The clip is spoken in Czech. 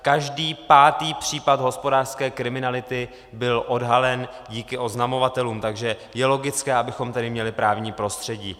Každý pátý případ hospodářské kriminality byl odhalen díky oznamovatelům, takže je logické, abychom tady měli právní prostředí.